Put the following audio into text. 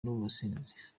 n’ubusinzi